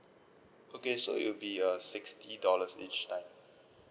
okay so it'll be uh sixty dollars each time